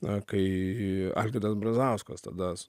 na kai algirdas brazauskas tada